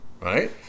right